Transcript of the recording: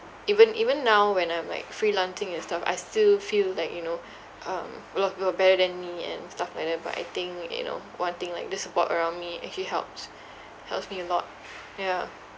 even even now when I'm like freelancing and stuff I still feel that you know um a lot of people are better than me and stuff like that but I think you know one thing like the support around me actually helps helps me a lot yeah